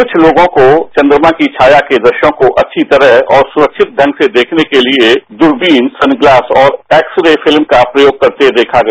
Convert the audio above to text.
कुछ लोगों को चन्द्रमा की छाया के दुश्यों को अच्छी तरह और सुरक्षित ढंग से देखने के लिए दूरबीन सनग्लास और एक्सरे फिल्म का प्रयोग करते देखा गया